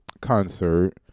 concert